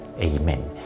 Amen